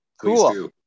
Cool